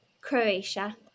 Croatia